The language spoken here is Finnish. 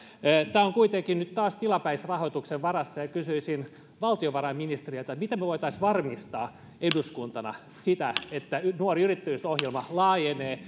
tämä on kuitenkin nyt taas tilapäisrahoituksen varassa ja kysyisin valtiovarainministeriltä miten me voisimme varmistaa eduskuntana sen että nuori yrittäjyys ohjelma laajenee